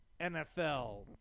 NFL